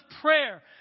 prayer